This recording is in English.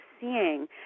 seeing